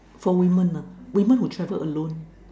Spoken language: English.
for women lah women would travel alone